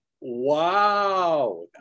Wow